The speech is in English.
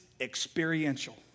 experiential